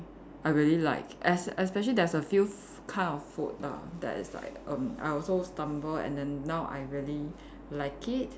I really like es~ especially there's a few f~ kind of food err that is like erm I also stumble and then now I really like it